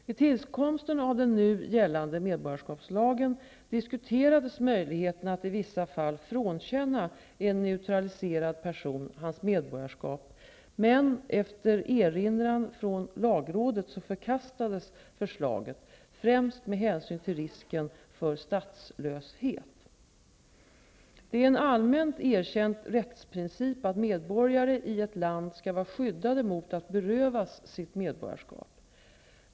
Vid tillkomsten av den nu gällande medborgarskapslagen diskuterades möjligheten att i vissa fall frånkänna en naturaliserad person hans medborgarskap, men efter erinran från lagrådet förkastades förslaget, främst med hänsyn till risken för statslöshet. Det är en allmänt erkänd rättsprincip att medborgare i ett land skall var skyddade mot att berövas sitt medborgarskap.